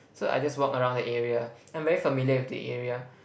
so I just walk around the area I'm very familiar with the area